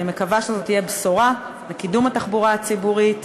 אני מקווה שזאת תהיה בשורה לקידום התחבורה הציבורית,